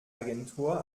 agentur